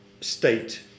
state